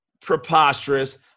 preposterous